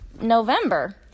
November